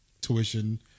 tuition